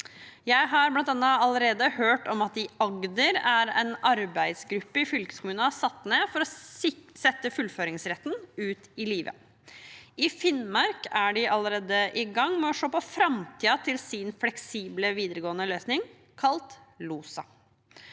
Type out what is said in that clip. Jeg har allerede hørt om at bl.a. i Agder er en arbeidsgruppe i fylkeskommunen satt ned for å sette fullføringsretten ut i livet. I Finnmark er de allerede i gang med å se på framtiden til sin fleksible videregående løsning, kalt LOSA.